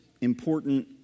important